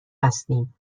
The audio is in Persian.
هستیم